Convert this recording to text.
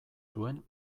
duen